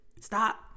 stop